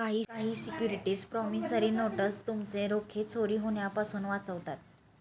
काही securities promissory notes तुमचे रोखे चोरी होण्यापासून वाचवतात